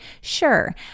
Sure